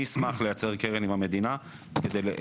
אני אשמח לייצר קרן עם המדינה -- זאת